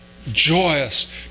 Joyous